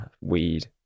weed